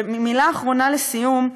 ומילה אחרונה לסיום.